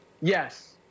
Yes